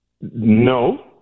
No